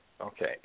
Okay